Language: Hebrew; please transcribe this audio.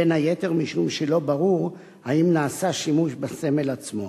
בין היתר משום שלא ברור אם נעשה שימוש בסמל עצמו.